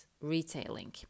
retailing